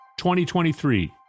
2023